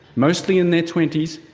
mostly in their twenty s,